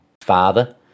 father